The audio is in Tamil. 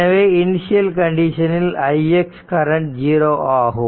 எனவே இனிஷியல் கண்டிஷனில் ix கரண்ட் 0 ஆகும்